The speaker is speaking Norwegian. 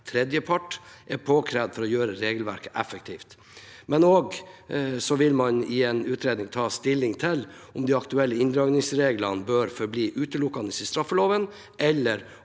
tredjeparter er påkrevd for å gjøre regelverket effektivt. Videre vil man i en utredning ta stilling til om de aktuelle inndragningsreglene bør forbli utelukkende i straffeloven, eller